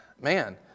man